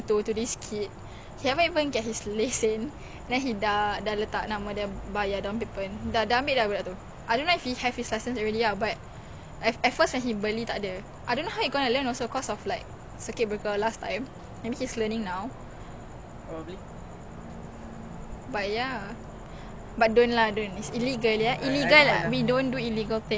but ya but don't lah don't it's illegal illegal don't do illegal things you smoke like cold or hot ya I can smell it why honestly bila my friends cakap pasal ni aku tak but they said got the feeling the feeling